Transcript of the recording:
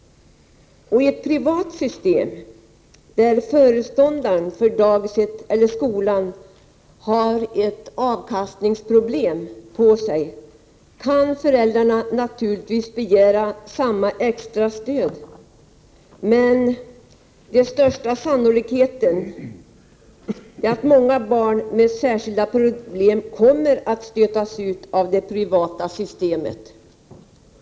I ett privat system där föreståndaren för daghemmet eller skolan har ett lönsamhetskrav på sig kan föräldrarna naturligtvis begära samma extra stöd. Men med största sannolikhet kommer många barn med särskilda problem att stötas ut ur det privata systemet.